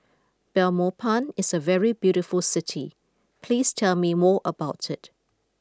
Belmopan is a very beautiful city please tell me more about it